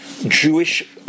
Jewish